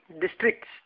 districts